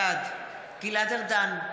בעד גלעד ארדן,